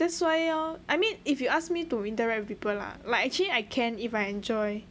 that's why lor I mean if you ask me to interact with people lah like actually I can if I enjoy